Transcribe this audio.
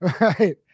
right